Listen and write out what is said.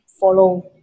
follow